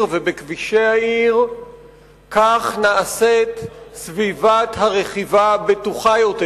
ובכבישי העיר כך נעשית סביבת הרכיבה בטוחה יותר.